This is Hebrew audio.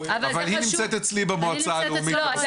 אבל היא נמצאת אצלי במועצה הלאומית לפוסט טראומה.